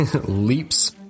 leaps